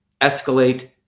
escalate